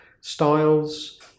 styles